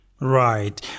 Right